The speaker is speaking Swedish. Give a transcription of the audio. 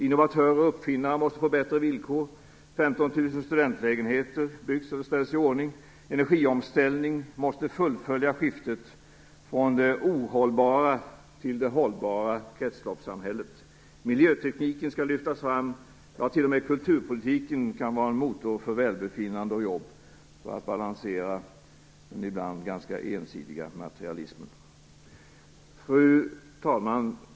Innovatörer och uppfinnare måste få bättre villkor. 15 000 studentlägenheter byggs eller ställs i ordning. Energiomställning måste fullfölja skiftet från det ohållbara till det hållbara kretsloppssamhället. Miljötekniken skall lyftas fram. T.o.m. kulturpolitiken kan vara en motor för välbefinnande och jobb och för att balansera den ibland ganska ensidiga materialismen. Fru talman!